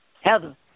Heather